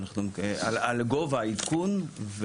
על גובה העדכון.